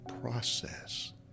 process